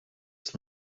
ist